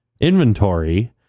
inventory